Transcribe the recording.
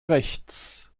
rechts